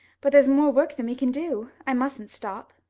but there's more work than we can do. i mustn't stop.